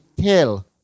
tell